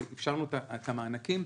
ואפשרנו את המענקים.